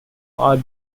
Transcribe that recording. art